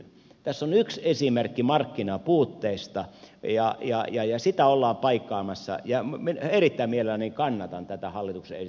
tässä on yksi esimerkki markkinapuutteista ja sitä ollaan paikkaamassa ja minä erittäin mielelläni kannatan tätä hallituksen esitystä